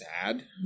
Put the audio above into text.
sad